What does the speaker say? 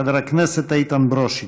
חבר הכנסת איתן ברושי.